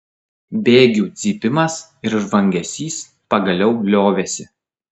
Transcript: bėgių cypimas ir žvangesys pagaliau liovėsi